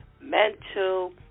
mental